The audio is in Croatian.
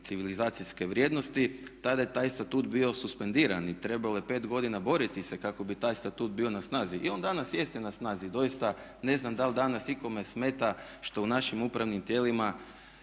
civilizacijske vrijednosti tada je taj statut bio suspendiran i trebalo je 5 godina boriti se kako bi taj statut bio na snazi. I on danas jeste na snazi. Doista ne znam jel' danas ikome smeta što u našim upravnim tijelima